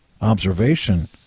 observation